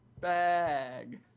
bag